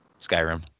Skyrim